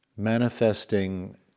manifesting